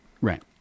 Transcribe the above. right